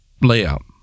layout